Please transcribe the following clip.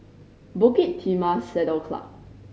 Bukit Timah Saddle Club